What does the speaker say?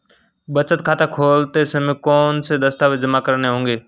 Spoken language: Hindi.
बचत खाता खोलते समय कौनसे दस्तावेज़ जमा करने होंगे?